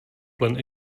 plen